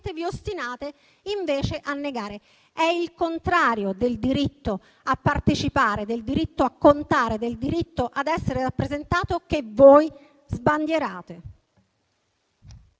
vi ostinate invece a negare. È il contrario del diritto a partecipare, del diritto a contare e del diritto a essere rappresentati che voi sbandierate.